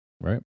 Right